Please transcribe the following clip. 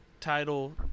title